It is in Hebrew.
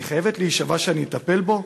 אני חייבת להישבע שאני אטפל בו?